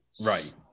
Right